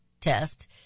test